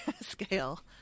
scale